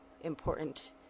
important